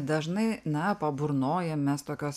dažnai na paburnojam mes tokios